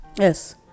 Yes